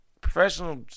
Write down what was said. professional